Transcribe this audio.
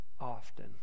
Often